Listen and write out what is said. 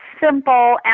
simple